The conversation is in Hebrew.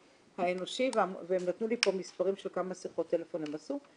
אנושי והם נתנו לי פה מספרים של כמה שיחות טלפון הם עשו.